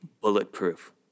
bulletproof